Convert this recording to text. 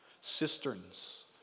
Cisterns